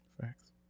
Facts